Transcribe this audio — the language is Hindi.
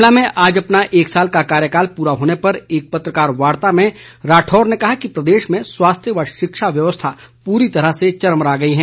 शिमला में आज अपना एक साल का कार्यकाल पूरा होने पर एक पत्रकारवार्ता में राठौर ने कहा कि प्रदेश में स्वास्थ्य व शिक्षा व्यवस्था पूरी तरह से चरमरा गई है